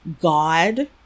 God